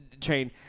train –